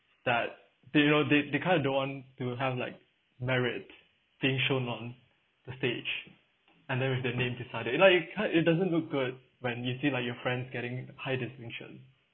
that they you know they they kind of don't want to have like merits being shown on the stage and then with their name beside it it like it kin~ it doesn't look good when you see like your friends getting high distinction